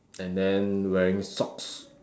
and then wearing socks